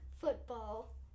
football